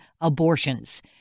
abortions